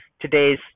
today's